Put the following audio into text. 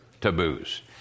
taboos